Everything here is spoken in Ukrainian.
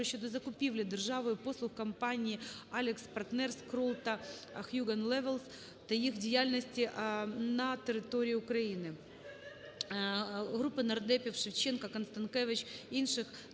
щодо закупівлі державою послуг компаній AlixPartners, Kroll та Hogan Lovells та їх діяльності на території України. Групи нардепів (Шевченка, Констанкевич, інших)